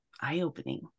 eye-opening